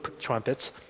trumpets